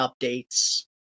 updates